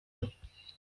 mwe